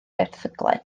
erthyglau